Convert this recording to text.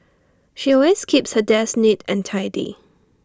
she always keeps her desk neat and tidy